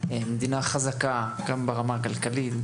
מדינה חזקה גם ברמה הכלכלית,